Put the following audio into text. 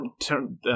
turn